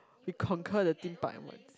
you conquer the thing by